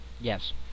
Yes